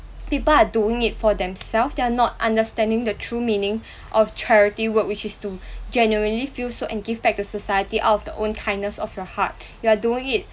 people are doing it for themself they are not understanding the true meaning of charity work which is to genuinely feel so and give back to society out of the own kindness of your heart you are doing it